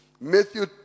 Matthew